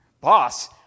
boss